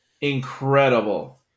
incredible